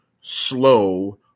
slow